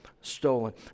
stolen